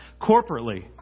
corporately